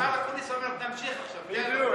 השר אקוניס אומר: תמשיך עכשיו, תן לו.